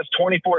24